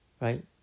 Right